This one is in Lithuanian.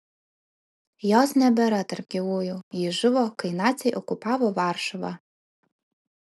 jos nebėra tarp gyvųjų ji žuvo kai naciai okupavo varšuvą